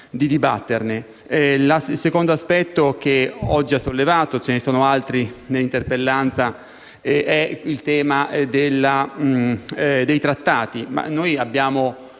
Il secondo aspetto che oggi ha sollevato - ce ne sono altri nell'interpellanza - è il tema dei Trattati.